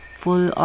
full